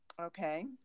okay